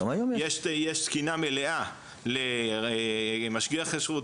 יש תקינה מלאה למשגיח כשרות,